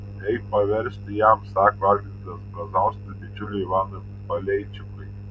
eik paversti jam sako algirdas brazauskas bičiuliui ivanui paleičikui